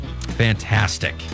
Fantastic